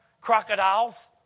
crocodiles